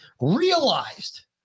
realized